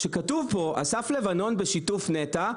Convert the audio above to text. שכתוב פה: אסף לבנון בשיתוף נת"ע,